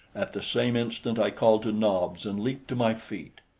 at the same instant i called to nobs and leaped to my feet.